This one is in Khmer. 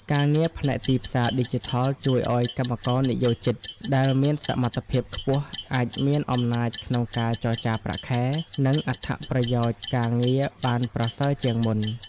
ការងារផ្នែកទីផ្សារឌីជីថលជួយឱ្យកម្មករនិយោជិតដែលមានសមត្ថភាពខ្ពស់ អាចមានអំណាចក្នុងការចរចាប្រាក់ខែ និងអត្ថប្រយោជន៍ការងារបានប្រសើរជាងមុន។